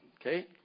Okay